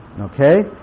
Okay